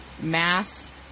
Mass